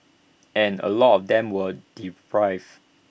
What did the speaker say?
and A lot of them were deprived